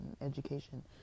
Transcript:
education